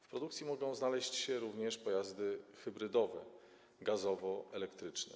W produkcji mogą znaleźć się również pojazdy hybrydowe, gazowo-elektryczne.